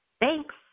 Thanks